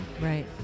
Right